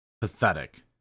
pathetic